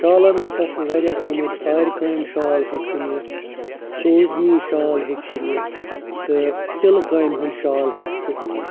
شالَن ہَسا چھُ واریاہ قۭمَت آرِ کامہِ شال ہیٚکہِ سُہ نِتھ سوزنی شال ہیٚکہِ سُہ نِتھ تہٕ تِلہٕ کامہِ ہیٛونٛد شال ہیٚکہِ سُہ نِتھ